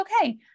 okay